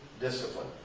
discipline